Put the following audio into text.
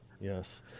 yes